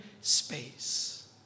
space